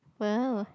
!wow!